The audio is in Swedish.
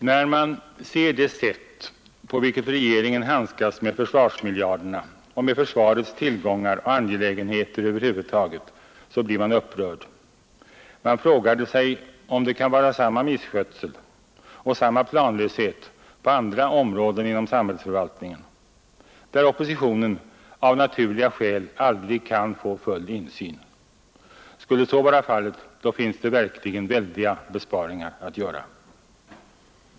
När man ser det sätt på vilket regeringen handskas med försvarsmiljarderna och med försvarets tillgångar och angelägenheter, så blir man upprörd. Man frågar sig om det kan vara samma misskötsel och samma planlöshet på andra områden inom samhällsförvaltningen, där oppositionen av naturliga skäl aldrig kan få full insyn. Skulle så vara fallet, så finns det verkligen väldiga besparingar att göra där.